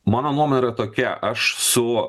mano nuomonė yra tokia aš su